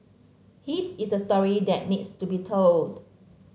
his is a story that needs to be told